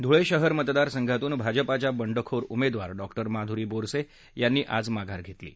धुळे शहर मतदारसंघातून भाजपच्या बंडखोर उमेदवार डॉ माधुरी बोरसे यांनी आज माघार घेतली आहे